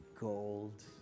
Gold